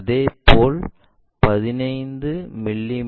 அதேபோல் 15 மி